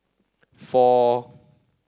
four